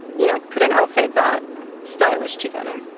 you know, put an outfit that stylish together